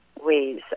ways